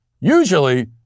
Usually